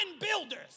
builders